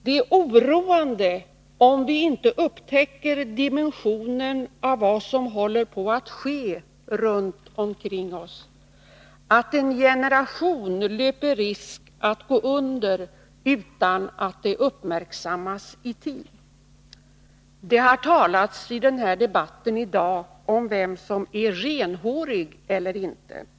Det är oroande om vi inte upptäcker dimensionen av vad som håller på att ske runt omkring oss — att en generation löper risk att gå under utan att det uppmärksammas i tid. Det har i debatten i dag talats om vem som är renhårig eller inte renhårig.